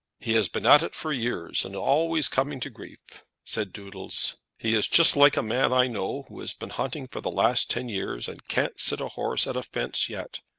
he has been at it for years, and always coming to grief, said doodles. he is just like a man i know, who has been hunting for the last ten years, and can't sit a horse at a fence yet.